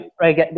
Right